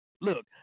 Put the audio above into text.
Look